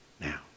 now